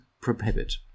prohibit